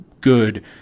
good